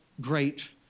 great